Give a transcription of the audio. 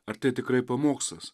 ar tai tikrai pamokslas